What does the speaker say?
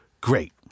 great